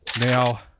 Now